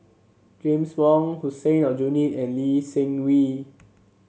James Wong Hussein Aljunied and Lee Seng Wee